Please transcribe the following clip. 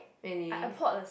really